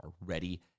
ready